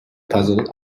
puzzle